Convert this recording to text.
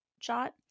shot